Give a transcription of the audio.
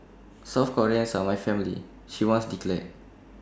South Koreans are my family she once declared